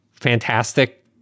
fantastic